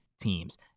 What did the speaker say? teams